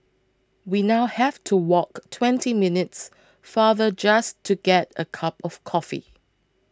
we now have to walk twenty minutes farther just to get a cup of coffee